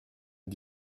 les